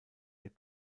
der